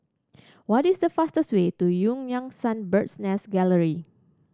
what is the fastest way to Eu Yan Sang Bird's Nest Gallery